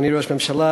אדוני ראש הממשלה,